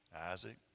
Isaac